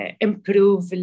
improve